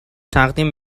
تقدیم